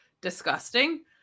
disgusting